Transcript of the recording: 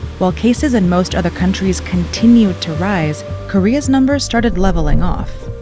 while cases in most other countries continued to rise, korea's numbers started leveling off.